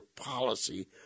policy